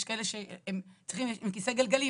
הם עם כיסא גלגלים,